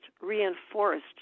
reinforced